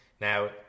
Now